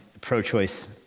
pro-choice